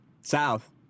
south